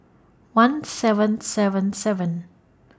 one seven seven seven